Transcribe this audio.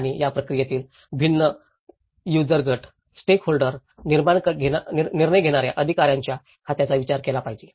आणि या प्रक्रियेतील भिन्न युजर गट स्टेकहोल्डर निर्णय घेणार्या अधिकाऱ्या च्या खात्यात विचार केला पाहिजे